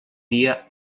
dia